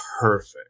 perfect